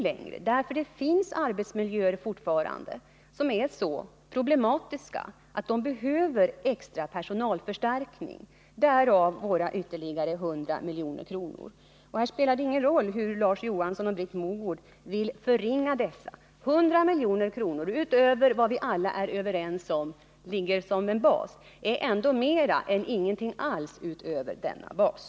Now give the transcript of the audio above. Det finns nämligen fortfarande arbetsmiljöer som är så problematiska att det krävs extra personalförstärkning. Detta är anledningen till de ytterligare 100 milj.kr. vi föreslagit. Det spelar ingen roll att Larz Johansson och Britt Mogård vill förringa värdet av dessa 100 milj.kr. 100 milj.kr. utöver vad vi alla är överens om som en bas är ändå mer än ingenting alls utöver denna bas.